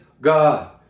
God